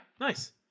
nice